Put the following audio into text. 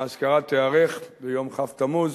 האזכרה תיערך ביום כ' בתמוז,